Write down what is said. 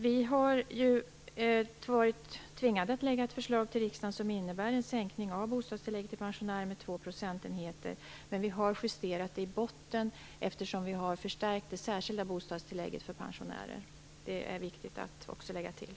Vi har ju varit tvingade att lägga fram ett förslag till riksdagen som innebär en sänkning av bostadstillägget till pensionärer med två procentenheter, men vi har justerat detta i botten, eftersom vi har förstärkt det särskilda bostadstillägget för pensionärer. Det är också viktigt att lägga till.